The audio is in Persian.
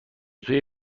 توی